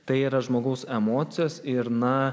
tai yra žmogaus emocijos ir na